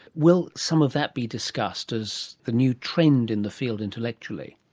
will some of that be discussed as the new trend in the field intellectually?